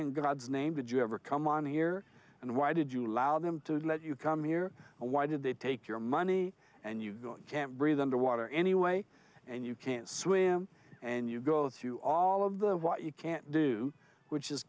in god's name did you ever come on here and why did you allow them to let you come here and why did they take your money and you can't breathe underwater anyway and you can't swim and you go through all of the what you can't do which is